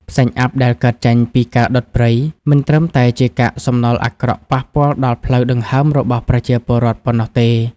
ផ្សែងអ័ព្ទដែលកើតចេញពីការដុតព្រៃ មិនត្រឹមតែជាកាកសំណល់អាក្រក់ប៉ះពាល់ដល់ផ្លូវដង្ហើមរបស់ប្រជាពលរដ្ឋប៉ុណ្ណោះទេ។